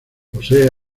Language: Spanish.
posee